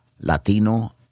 Latino